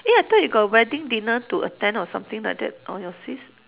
ya I thought you got a wedding dinner to attend or something like that or your sis